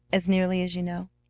as nearly as you know?